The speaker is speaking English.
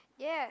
yes